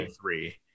three